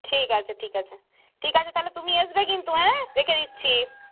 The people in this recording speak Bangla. ঠিক আছে ঠিক আছে ঠিক আছে তাহলে তুমি এসবে কিন্তু হ্যাঁ রেখে দিচ্ছি